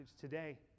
today